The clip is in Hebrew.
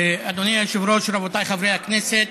אדוני היושב-ראש, רבותיי חברי הכנסת,